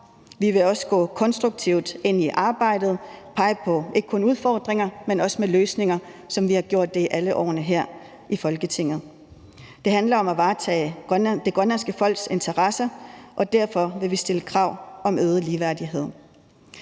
Vi vil også gå konstruktivt ind i arbejdet og ikke kun pege på udfordringer, men også på løsninger, som vi har gjort det alle årene her i Folketinget. Det handler om at varetage det grønlandske folks interesser, og derfor vil vi stille krav om øget ligeværdighed.